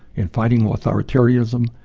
in fighting authoritarianism,